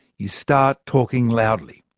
you start talking loudly.